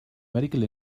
medical